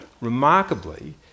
Remarkably